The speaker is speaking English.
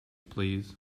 please